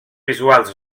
visuals